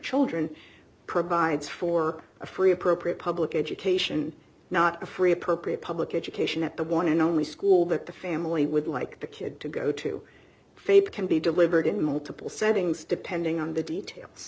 children provides for a free appropriate public education not a free appropriate public education at the one and only school that the family would like the kid to go to faith can be delivered in multiple settings depending on the details